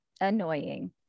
annoying